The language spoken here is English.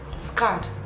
scarred